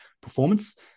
performance